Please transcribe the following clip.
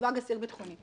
מסווג אסיר ביטחוני.